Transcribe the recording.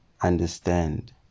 understand